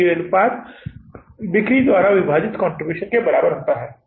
P V अनुपात बिक्री द्वारा विभाजित कंट्रीब्यूशन के बराबर है